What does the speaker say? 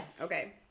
okay